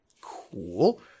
Cool